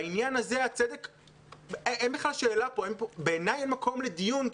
בעניין הזה אין מקום לדיון,